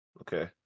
okay